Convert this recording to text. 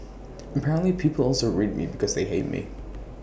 apparently people also read me because they hate me